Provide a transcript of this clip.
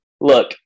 look